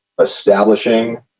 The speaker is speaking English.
establishing